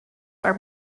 are